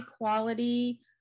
quality